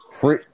Free